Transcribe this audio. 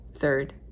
Third